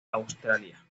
australia